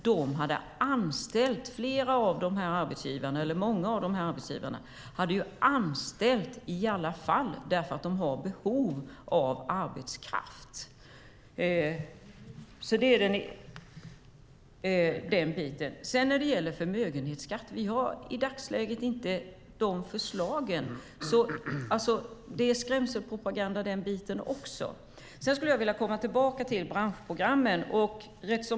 Många av dessa arbetsgivare hade anställt i alla fall därför att de har behov av arbetskraft. När det gäller en förmögenhetsskatt har vi i dagsläget inte något förslag om en sådan. Den delen handlar också om skrämselpropaganda. Jag skulle vilja återkomma till branschprogrammen.